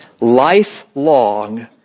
lifelong